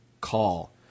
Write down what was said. call